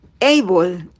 able